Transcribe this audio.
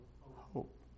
Hope